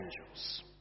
angels